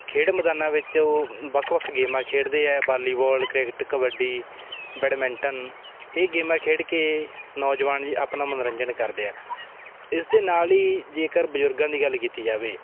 ਖੇਡ ਮੈਦਾਨਾਂ ਵਿੱਚ ਉਹ ਵੱਖ ਵੱਖ ਗੇਮਾਂ ਖੇਡਦੇ ਹੈ ਬਾਲੀਵੋਲ ਕ੍ਰਿਕਟ ਕਬੱਡੀ ਬੈਡਮਿੰਟਨ ਇਹ ਗੇਮਾਂ ਖੇਡ ਕੇ ਨੌਜਵਾਨ ਆਪਣਾ ਮਨੋਰੰਜਨ ਕਰਦੇ ਹੈ ਇਸ ਦੇ ਨਾਲ ਹੀ ਜੇਕਰ ਬਜ਼ੁਰਗਾਂ ਦੀ ਗੱਲ ਕੀਤੀ ਜਾਵੇ